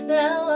Now